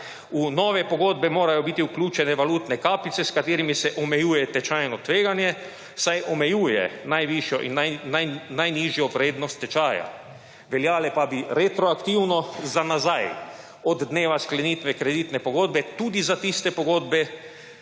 V nove pogodbe morajo biti vključene valutne kapice, s katerimi se omejuje tečajno tveganje, saj omejuje najvišjo in najnižjo vrednost tečaja, veljale pa bi retroaktivno za nazaj od dneva sklenitve kreditne pogodbe tudi za tiste pogodbe,